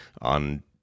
on